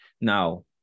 Now